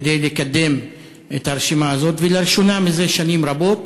כדי לקדם את הרשימה הזאת, ולראשונה זה שנים רבות,